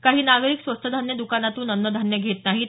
काही नागरिक स्वस्त धान्य दुकानातून अन्न धान्य घेत नाहीत